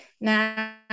now